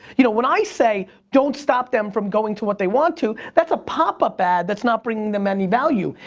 you know, when i say, don't stop them from going to what they want to, that's a pop-up ad that's not bringing them any value.